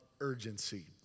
urgency